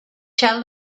tell